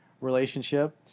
relationship